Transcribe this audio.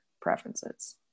preferences